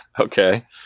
Okay